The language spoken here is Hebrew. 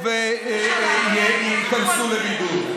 שיבואו וייכנסו לבידוד.